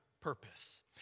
purpose